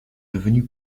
devenu